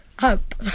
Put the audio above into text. Hope